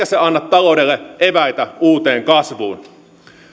se anna taloudelle eväitä uuteen kasvuun